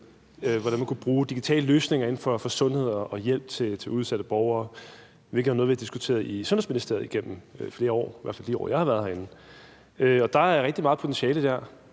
hvordan man kunne bruge digitale løsninger inden for sundhed og hjælp til udsatte borgere, hvilket jo er noget, der er blevet diskuteret i Sundhedsministeriet igennem flere år – i hvert fald de år, jeg har været herinde – og der er rigtig meget potentiale der.